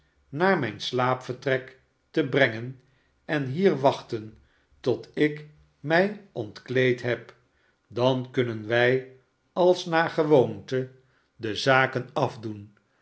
naar mijn slaapvertrek te brengen en hier wachten tot ik mij ontkleed heb dan kunnen wij als naar gewoonte de